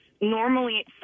normally